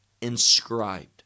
inscribed